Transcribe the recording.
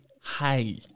hi